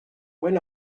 when